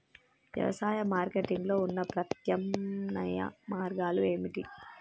వ్యవసాయ మార్కెటింగ్ లో ఉన్న ప్రత్యామ్నాయ మార్గాలు ఏమిటి?